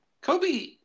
kobe